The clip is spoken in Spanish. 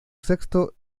sexto